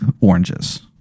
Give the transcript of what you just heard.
oranges